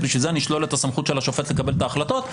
אז אשלול את הסמכות של השופט לקבל את ההחלטות?